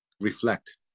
Reflect